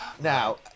Now